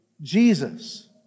Jesus